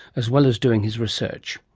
as well as doing his research.